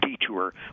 Detour